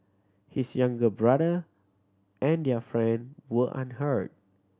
his younger brother and their friend were unhurt